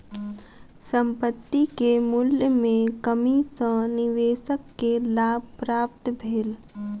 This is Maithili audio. संपत्ति के मूल्य में कमी सॅ निवेशक के लाभ प्राप्त भेल